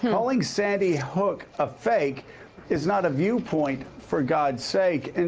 calling sandy hook a fake is not a viewpoint, for god's sake. and